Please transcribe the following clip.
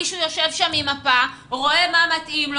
מישהו יושב שם עם מפה ורואה מה מתאים לו